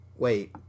Wait